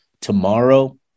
tomorrow